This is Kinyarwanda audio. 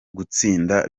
gutsinda